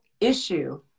issue